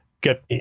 get